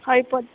ହଇ